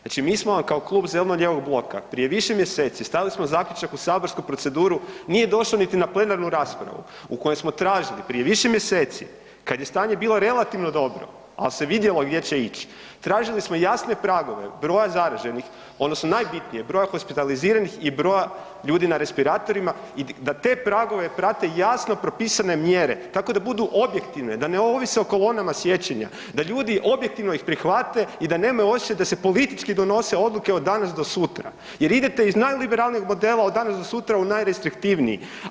Znači mi smo vam kao klub zeleno-lijevog bloka prije više mjeseci stavili smo zaključak u saborsku proceduru nije došlo niti na plenarnu raspravu u kojem smo tražili prije više mjeseci kada je stanje bilo relativno dobro, al se vidjelo gdje će ić, tražili smo jasne pragove broja zaraženih odnosno najbitnije broja hospitaliziranih i broja ljudi na respiratorima i da te pragove prate jasno propisane mjere tako da budu objektivne, da ne ovise o kolonama sjećanja, da ih ljudi objektivno prihvate i da nemaju osjećaj da se politički donose odluke od danas do sutra jer idete iz najliberalnijeg modela od danas do sutra u najrestriktivniji.